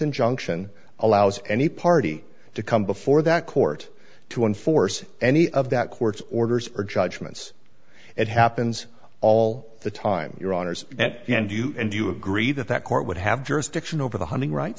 injunction allows any party to come before that court to enforce any of that court's orders or judgments it happens all the time your honors at the end you and you agree that that court would have jurisdiction over the hunting right